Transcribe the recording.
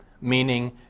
meaning